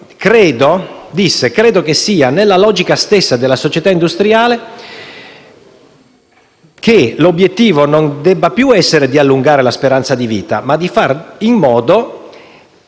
Cito: credo che sia nella logica stessa della società industriale che l'obiettivo non debba più essere di allungare la speranza di vita ma di fare in modo